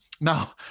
Now